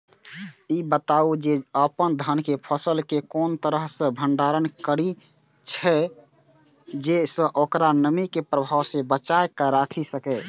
ई बताऊ जे अपन धान के फसल केय कोन तरह सं भंडारण करि जेय सं ओकरा नमी के प्रभाव सं बचा कय राखि सकी?